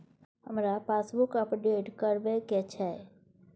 हमरा passbook update करैबे के अएछ?